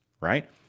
right